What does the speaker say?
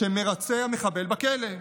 שמרצה המחבל בכלא.